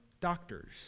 doctors